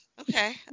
okay